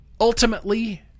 Ultimately